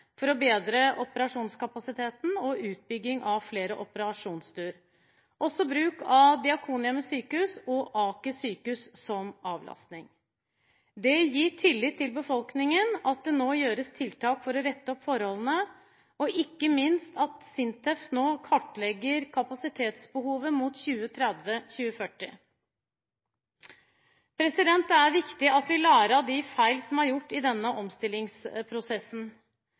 for å bedre operasjonskapasiteten, utbygging av flere operasjonsstuer, og også bruk av Diakonhjemmet sykehus og Aker sykehus som avlastning. Det gir tillit til befolkningen at det nå gjøres tiltak for å rette opp forholdene, og ikke minst at SINTEF nå kartlegger kapasitetsbehovet mot 2030–2040. Det er viktig at vi lærer av de feil som er gjort i denne omstillingsprosessen.